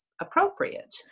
appropriate